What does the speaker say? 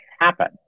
happen